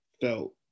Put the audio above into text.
felt